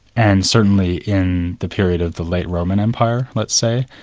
and certainly in the period of the late roman empire let's say,